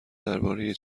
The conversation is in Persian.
درباره